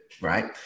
right